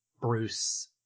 Bruce